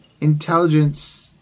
Intelligence